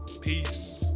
Peace